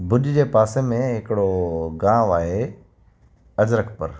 भुज जे पासे में हिकिड़ो गांव आहे अजरकपुर